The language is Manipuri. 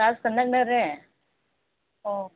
ꯆꯔꯁꯀ ꯅꯛꯅꯔꯦ ꯑꯣ